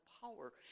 power